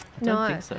No